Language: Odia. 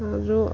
ଆରୁ